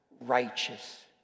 righteous